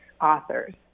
authors